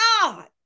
God